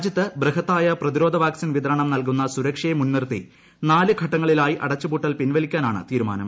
രാജ്യത്ത് ബൃഹത്തായ പ്രതിരോധ വാക്സിൻ വിതരണം നൽകുന്ന സുരക്ഷയെ മുൻനിർത്തി നാല് ഘട്ടങ്ങളിലായി അടച്ചുപൂട്ടൽ പിൻവലിക്കാനാണ് തീരുമാനം